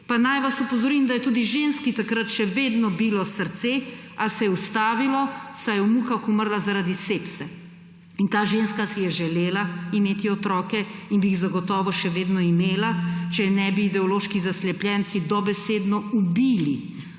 naj vas opozorim, da je tudi ženski takrat še vedno bilo srce, a se je ustavilo, saj je v mukah umrla zaradi sepse. In ta ženska si je želela imeti otroke in bi jih zagotovo še vedno imela, če je ne bi ideološki zaslepljenci dobesedno ubili.